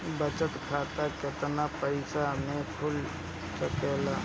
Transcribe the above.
बचत खाता केतना पइसा मे खुल सकेला?